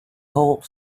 whole